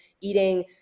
eating